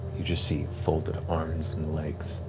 you just see folded arms and legs,